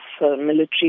military